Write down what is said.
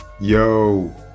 yo